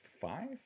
five